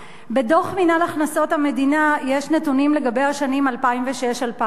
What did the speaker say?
בדוח מינהל הכנסות המדינה יש נתונים לגבי השנים 2006 2008,